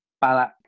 Balak